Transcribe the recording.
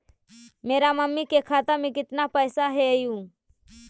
मेरा मामी के खाता में कितना पैसा हेउ?